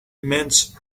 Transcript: mince